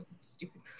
stupid